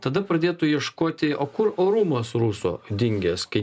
tada pradėtų ieškoti o kur orumas ruso dingęs kai